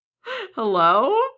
Hello